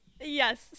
Yes